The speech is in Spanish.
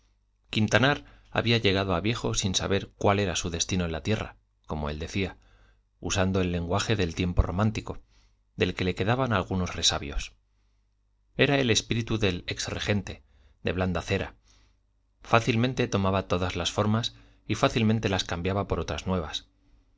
quintanar había llegado a viejo sin saber cuál era su destino en la tierra como él decía usando el lenguaje del tiempo romántico del que le quedaban algunos resabios era el espíritu del ex regente de blanda cera fácilmente tomaba todas las formas y fácilmente las cambiaba por otras nuevas